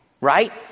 Right